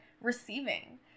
receiving